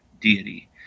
deity